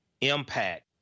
impact